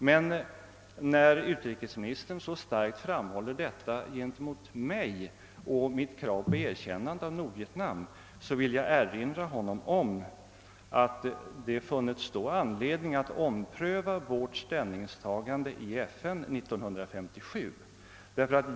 Men när utrikesministern så starkt framhåller detta gentemot mig och mitt krav på ett erkännande av Nordvietnam vill jag erinra honom om att det då finns anledning att ompröva vårt ställningstagande i FN år 1957.